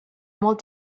emerald